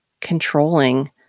Controlling